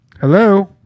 Hello